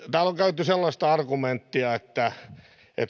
täällä on käytetty sellaista argumenttia että